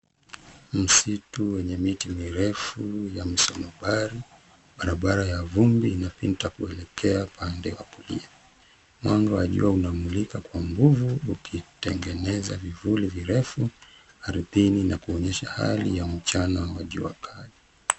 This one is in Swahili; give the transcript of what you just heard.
Msitu wenye miti mirefu ya msonobari. Barabara ya vumbi inapita kuelekea upande wa kulia. Mwanga wa jua unamulika kwa nguvu ukitengeneza vivuli virefu ardhini na kuonyesha hali ya mchana wa jua kali.